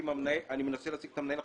אני מנסה להשיג את המנהל עכשיו.